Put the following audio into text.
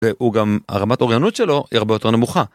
והוא גם הרמת האוריינות שלו היא הרבה יותר נמוכה.